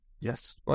Yes